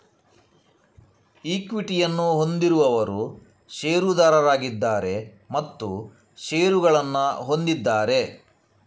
ಈಕ್ವಿಟಿಯನ್ನು ಹೊಂದಿರುವವರು ಷೇರುದಾರರಾಗಿದ್ದಾರೆ ಮತ್ತು ಷೇರುಗಳನ್ನು ಹೊಂದಿದ್ದಾರೆ